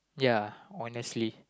ya honestly